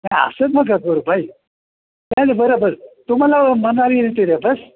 नाही असं नका करू बाई झालं बरं बरं तुम्हाला मनाला येईल ते द्या बस्स्